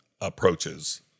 approaches